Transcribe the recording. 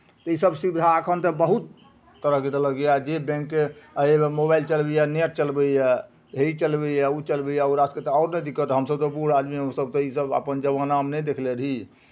इसभ सुविधा एखन तऽ बहुत तरहके देलक यए जे बैंक एहिमे मोबाइल चलबैए नेट चलबैए हे ई चलबैए ओ चलबैए ओकरा सभकेँ आओर नहि दिक्कत हमसभ तऽ बूढ़ आदमी हमसभ तऽ इसभ अपन जमानामे नहि देखने रही